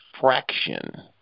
fraction